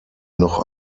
noch